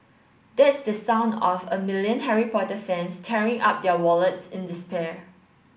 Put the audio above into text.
that's the sound of a million Harry Potter fans tearing up their wallets in despair